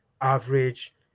average